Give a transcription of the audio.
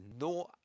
no